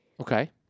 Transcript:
Okay